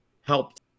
helped